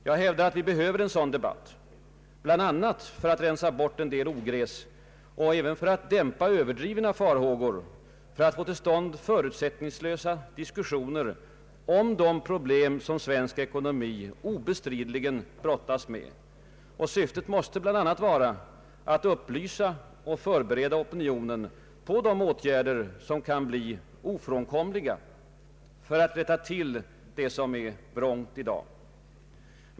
Jag hävdar att vi behöver en sådan debatt, bl.a. för att rensa bort en del ogräs och även för att dämpa Ööverdrivna farhågor och för att få till stånd förutsättningslösa diskussioner om de problem som svensk ekonomi obestridligen brottas med. Syftet måste bl a. vara att upplysa och förbereda opinionen på de åtgärder som kan bli ofrånkomliga för att rätta till det som är vrångt i dag.